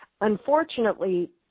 Unfortunately